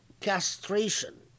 castration